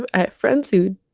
i friends who